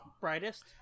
brightest